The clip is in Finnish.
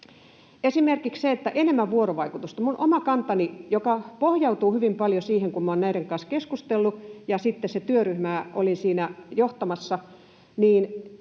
esimerkiksi sitä, että olisi enemmän vuorovaikutusta. Minun oma kantani, joka pohjautuu hyvin paljon siihen, että olen näiden kanssa keskustellut, ja sitten se työryhmä oli siinä johtamassa,